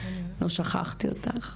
לא שכחתי אותך.